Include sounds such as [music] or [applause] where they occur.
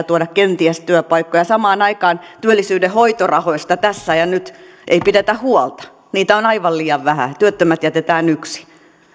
[unintelligible] tuoda kenties työpaikkoja samaan aikaan työllisyyden hoitorahoista tässä ja nyt ei pidetä huolta niitä on aivan liian vähän työttömät jätetään